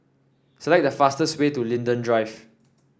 select the fastest way to Linden Drive